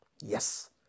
Yes